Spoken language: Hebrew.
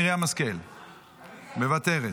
מוותרת,